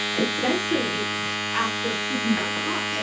especially after putin got caught,